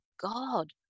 god